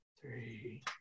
three